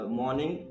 morning